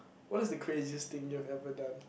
what is the craziest thing you've ever done